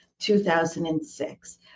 2006